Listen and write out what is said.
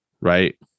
right